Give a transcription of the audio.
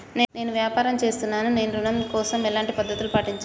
నేను వ్యాపారం చేస్తున్నాను నేను ఋణం కోసం ఎలాంటి పద్దతులు పాటించాలి?